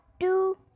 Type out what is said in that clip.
two